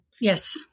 Yes